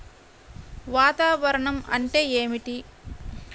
వాతావరణం అంటే ఏమిటి?